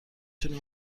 تونی